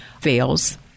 fails